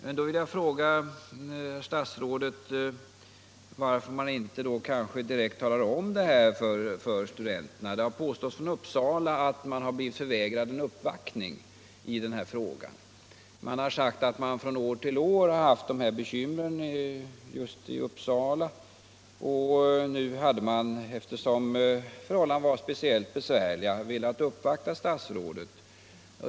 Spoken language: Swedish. Men då vill jag fråga statsrådet varför ni inte direkt talar om det här för studenterna. Det har påståtts från Uppsala att man blivit förvägrad att göra en uppvaktning i den här frågan. Man har sagt att man från år till år har haft de här bekymren just i Uppsala, och nu hade man —- eftersom förhållandena var speciellt besvärliga — velat uppvakta statsrådet.